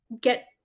get